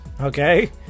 Okay